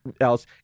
else